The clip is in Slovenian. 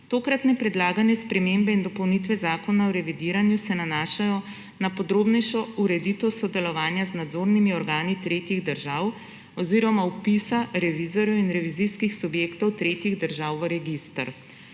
Tokratne predlagane spremembe in dopolnitve Zakona o revidiranju se nanašajo na podrobnejšo ureditev sodelovanja z nadzornimi organi tretjih držav oziroma vpisa revizorjev in revizijskih subjektov tretjih držav v register.